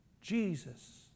Jesus